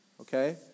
Okay